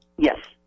yes